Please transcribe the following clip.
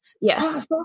yes